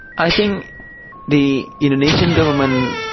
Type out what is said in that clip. i think the indonesian government